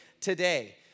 today